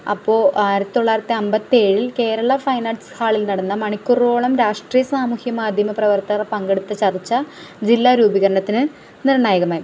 അപ്പോള് ആയിരത്തി തൊള്ളായിരത്തി അമ്പത്തിയേഴിൽ കേരളാ ഫൈന് ആര്ട്സ് ഹാളിൽ നടന്ന മണിക്കൂറോളം രാഷ്ട്രീയ സാമൂഹ്യ മാധ്യമ പ്രവർത്തകർ പങ്കെടുത്ത ചർച്ച ജില്ലാരൂപീകരണത്തിന് നിർണായകമായി